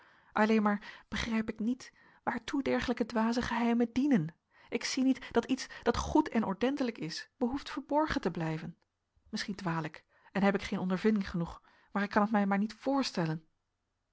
alleen maar begrijp ik niet waartoe dergelijke dwaze geheimen dienen ik zie niet dat iets dat goed en ordentelijk is behoeft verborgen te blijven misschien dwaal ik en heb ik geen ondervinding genoeg maar ik kan het mij maar niet voorstellen